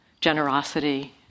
Generosity